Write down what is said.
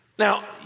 Now